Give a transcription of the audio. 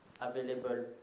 available